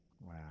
Wow